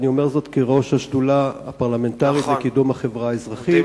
ואני אומר את זה כראש השדולה הפרלמנטרית לקידום החברה האזרחית.